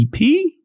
EP